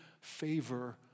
favor